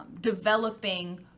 developing